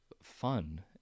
Fun